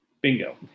Bingo